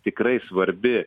tikrai svarbi